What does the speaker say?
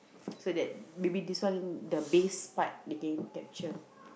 so that maybe this one the bass part they can capture